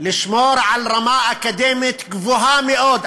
לשמור על רמה אקדמית גבוהה מאוד,